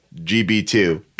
GB2